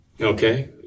okay